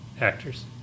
actors